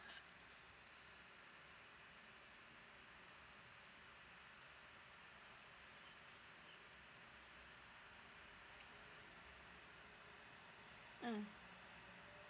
mm